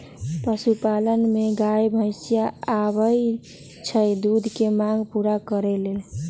पशुपालन में गाय भइसी आबइ छइ दूध के मांग पुरा करे लेल